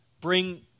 bring